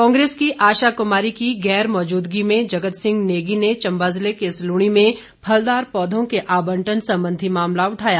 कांग्रेस की आशा कुमारी की गैरमौजूदगी में जगत सिंह नेगी ने चम्बा जिले के सलूणी में फलदार पौधों के आबंटन सबंधी मामला उठाया